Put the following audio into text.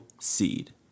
seed